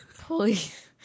Please